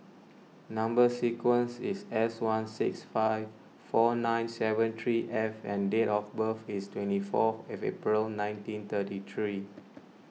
Number Sequence is S one six five four nine seven three F and date of birth is twenty fourth of April nineteen thirty three